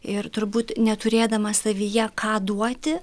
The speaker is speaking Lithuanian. ir turbūt neturėdamas savyje ką duoti